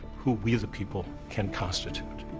who we the people can constitute.